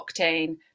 octane